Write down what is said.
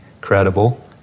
credible